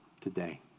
today